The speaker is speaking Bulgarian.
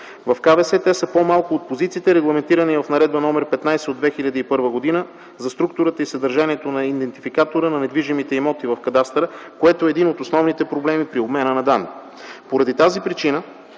В КВС те са по-малко от позициите, регламентирани в Наредба № 15 от 2001 г. за структурата и съдържанието на идентификатора на недвижимите имоти в кадастъра, което е един от основните проблеми при обмена на данни.